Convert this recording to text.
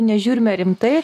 nežiūrime rimtai